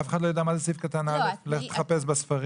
אף אחד לא ידע מה זה סעיף קטן (א) ויצטרך לחפש בספרים.